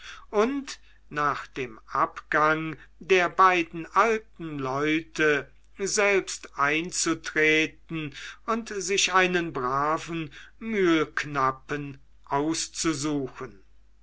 und nach dem abgang der beiden alten leute selbst einzutreten und sich einen braven mühlknappen auszusuchen